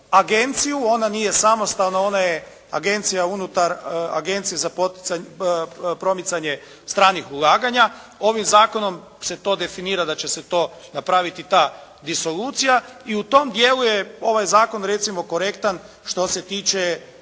agenciju, ona nije samostalna, ona je agencija unutar agencije za promicanje stranih ulaganja. Ovim zakonom se to definira da će se to napraviti ta disolucija i u tom dijelu je ovaj zakon recimo korektan što se tiče